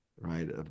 right